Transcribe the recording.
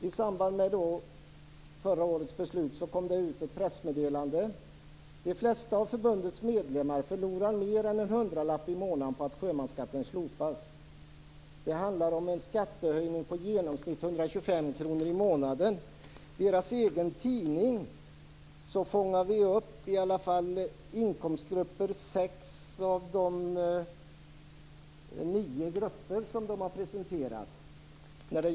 I samband med förra årets beslut kom det ut ett pressmeddelande där det stod: De flesta av förbundets medlemmar förlorar mer än en hundralapp i månaden på att sjömansskatten slopas. Det handlar om en skattehöjning på i genomsnitt 125 kr i månaden. Enligt deras egen tidning fångar vi upp i alla fall sex av de nio inkomstgrupper som har presenterats.